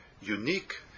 unique